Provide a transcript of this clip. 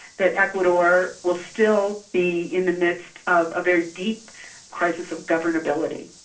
that ecuador will still be in the midst of a very deep crisis of governability.